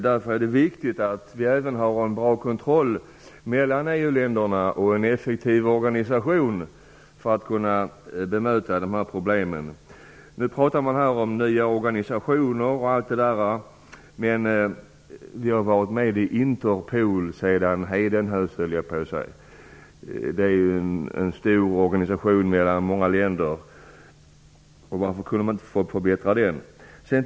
Därför är det viktigt att vi även har en bra kontroll mellan EV-länderna och en effektivorganisation för att bemöta dessa problem. Nu pratas det om nya organisationer. Vi har varit med i Interpol sedan Hedenhöstiden, höll jag på att säga. Det är en stor organisation som omfattar många länder. Varför kan man inte förbättra den? Fru talman!